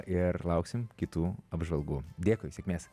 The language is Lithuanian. ir lauksim kitų apžvalgų dėkui sėkmės